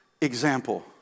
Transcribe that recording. example